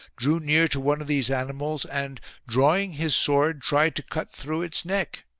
drew near to one of these animals and drawing his sword tried to cut through its neck.